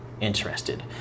interested